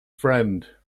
friend